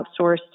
outsourced